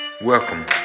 Welcome